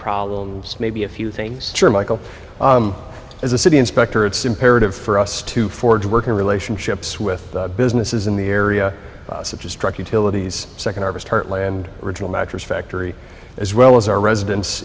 problems maybe a few things michael as a city inspector it's imperative for us to forge working relationships with businesses in the area such as truck utilities second harvest heartland regional mattress factory as well as our residents